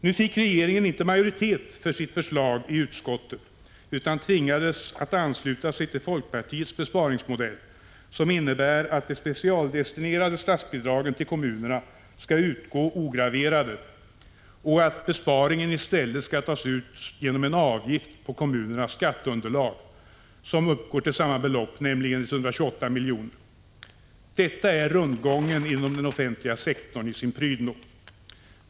Nu fick regeringen inte majoritet för sitt förslag i utskottet, utan tvingades att ansluta sig till folkpartiets besparingsmodell, som innebär att de specialdestinerade statsbidragen till kommunerna skall utgå ograverade och att besparingen i stället skall tas ut genom en avgift på kommunernas skatteunderlag som uppgår till samma belopp, nämligen 128 miljoner. Detta är rundgången inom den offentliga sektorn i sin prydno.